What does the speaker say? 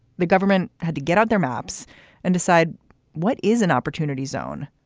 the government had to get out their maps and decide what is an opportunity zone.